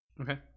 Okay